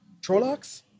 Trollocs